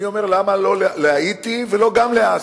אני אומר למה לא להאיטי וגם לעזה.